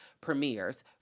premieres